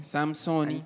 Samson